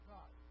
God